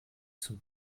zum